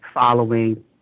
following